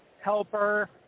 Helper